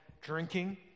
drinking